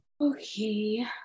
Okay